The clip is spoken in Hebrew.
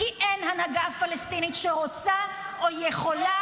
כי אין הנהגה פלסטינית שרוצה או יכולה